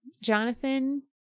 Jonathan